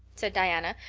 said diana,